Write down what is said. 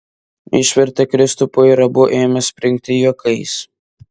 išvertė kristupui ir abu ėmė springti juokais